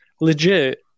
Legit